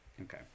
okay